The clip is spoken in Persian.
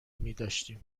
میداشتیم